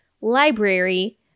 library